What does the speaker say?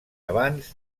abans